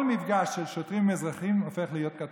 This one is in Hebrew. כל מפגש של שוטרים עם אזרחים הופך להיות קטסטרופה.